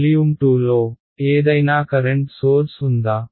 volume 2 లో ఏదైనా current source ఉందా